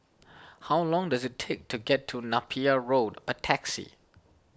how long does it take to get to Napier Road by taxi